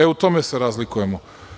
E u tome se razlikujemo.